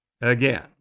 Again